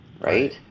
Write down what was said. right